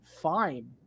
fine